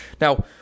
Now